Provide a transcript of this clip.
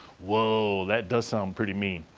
whoa, that does sound pretty mean.